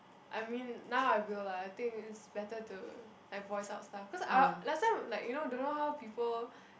I mean now I will lah I think it's better to like voice out stuff cause I last time like you don't know how people